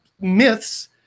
myths